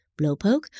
blowpoke